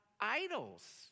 idols